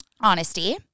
Honesty